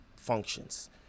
functions